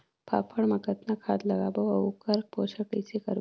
फाफण मा कतना खाद लगाबो अउ ओकर पोषण कइसे करबो?